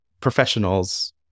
professionals